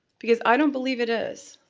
because i don't believe it is.